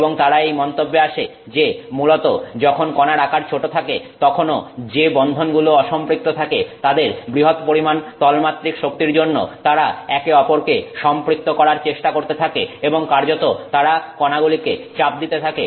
এবং তারা এই মন্তব্যে আসে যে মূলত যখন কনার আকার ছোট থাকে তখনো যে বন্ধনগুলো অসম্পৃক্ত থাকে তাদের বৃহৎ পরিমাণ তলমাত্রিক শক্তির জন্য তারা একে অপরকে সম্পৃক্ত করার চেষ্টা করতে থাকে এবং কার্যত তারা কনাগুলিকে চাপ দিতে থাকে